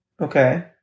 Okay